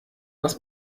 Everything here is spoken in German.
was